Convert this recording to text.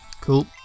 Cool